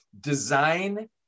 Design